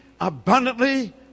abundantly